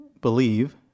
believe